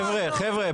חבר'ה,